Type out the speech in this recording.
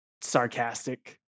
sarcastic